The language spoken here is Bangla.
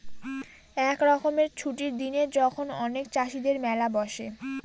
এক রকমের ছুটির দিনে যখন অনেক চাষীদের মেলা বসে